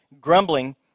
grumbling